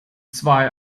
zwei